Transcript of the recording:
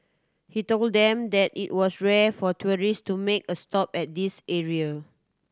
he told them that it was rare for tourist to make a stop at this area